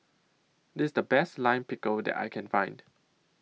This IS The Best Lime Pickle that I Can Find